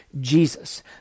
Jesus